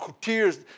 tears